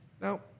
Now